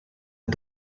het